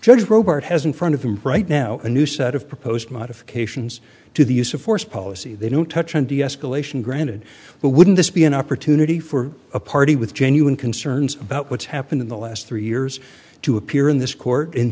judge robert has in front of him right now a new set of proposed modifications to the use of force policy they don't touch on deescalation granted but wouldn't this be an opportunity for a party with genuine concerns about what's happened in the last three years to appear in this court in